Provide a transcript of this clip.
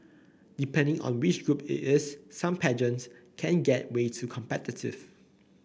depending on which group it is some pageants can get way to competitive